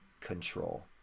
control